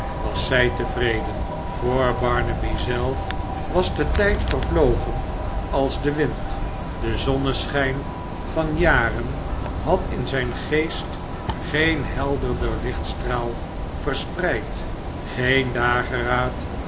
was zij tevreden voor barnaby zelf was de tijd vervlogen als de wind de zonneschijn van jaren had in zijngeestgeenhelderderlichtstraalverspreid geen dageraad